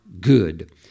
good